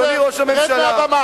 אדוני ראש הממשלה, רד מהבמה.